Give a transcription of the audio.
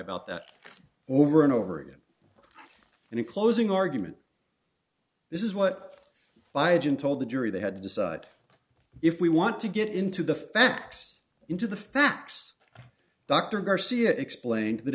about that over and over again and in closing argument this is what my agent told the jury they had to decide if we want to get into the facts into the facts dr garcia explained that